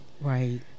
Right